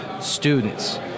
students